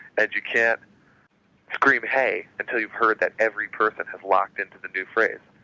and you can't scream hey, until you've heard that every person has locked into the new phrase.